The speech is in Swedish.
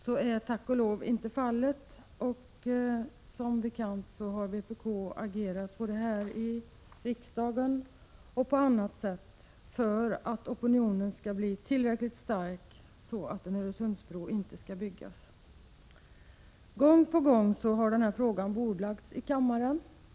Så är tack och lov inte fallet, och som bekant har vpk agerat både här i riksdagen och på annat sätt för att opinionen skall bli tillräckligt stark för att en Öresundsbro inte skall byggas. Gång på gång har den här frågan bordlagts i kammaren.